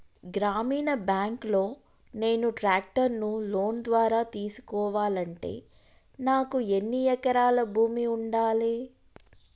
గ్రామీణ బ్యాంక్ లో నేను ట్రాక్టర్ను లోన్ ద్వారా తీసుకోవాలంటే నాకు ఎన్ని ఎకరాల భూమి ఉండాలే?